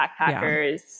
backpackers